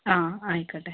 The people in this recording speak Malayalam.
ആ ആയിക്കോട്ടെ